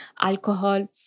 alcohol